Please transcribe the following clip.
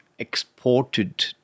exported